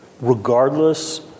regardless